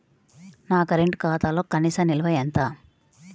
నా కరెంట్ ఖాతాలో కనీస నిల్వ ఎంత?